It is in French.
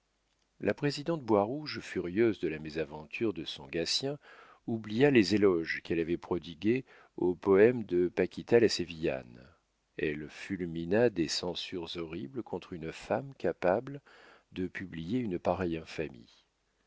la présidente boirouge furieuse de la mésaventure de son gatien oublia les éloges qu'elle avait prodigués au poème de paquita la sévillane elle fulmina des censures horribles contre une femme capable de publier une pareille infamie